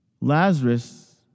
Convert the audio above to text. Lazarus